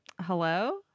Hello